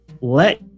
let